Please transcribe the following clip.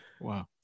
Wow